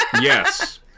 Yes